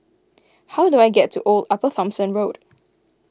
how do I get to Old Upper Thomson Road